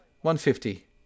one-fifty